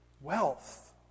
wealth